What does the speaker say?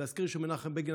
אזכיר שמנחם בגין,